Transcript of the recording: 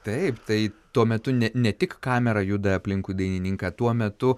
taip tai tuo metu ne ne tik kamera juda aplinkui dainininką tuo metu